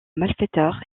malfaiteurs